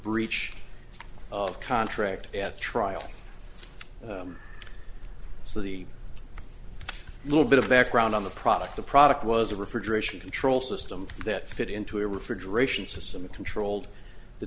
breach of contract at trial so the little bit of background on the product the product was a refrigeration control system that fit into a refrigeration system of controlled the